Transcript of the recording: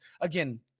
again